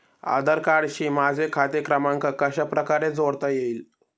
आधार कार्डशी माझा खाते क्रमांक कशाप्रकारे जोडता येईल?